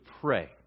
pray